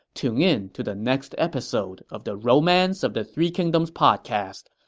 tune in to the next episode of the romance of the three kingdoms podcast.